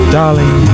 darling